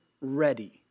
ready